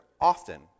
often